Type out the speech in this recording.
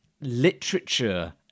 literature